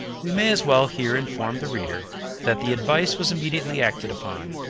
we may as well here inform the reader that the advice was immediately acted upon,